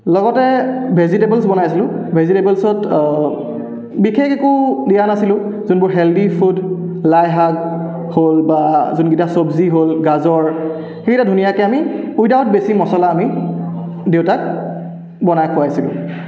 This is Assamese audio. লগতে ভেজিটেবলছ বনাইছিলোঁ ভেজিটেবলছত বিশেষ একো দিয়া নাছিলোঁ যোনবোৰ হেল্ডি ফুড লাই শাক হ'ল বা যোনকেইটা চব্জি হ'ল গাজৰ সেইকেইটা ধুনীয়াকৈ আমি উইডাউট বেছি মছলা আমি দেউতাক বনাই খুৱাইছিলোঁ